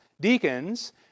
deacons